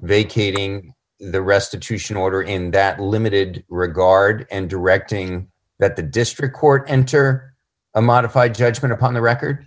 vacating the restitution order in that limited regard and directing that the district court enter a modified judgment upon the record